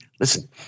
Listen